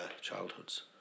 childhoods